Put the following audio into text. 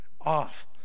off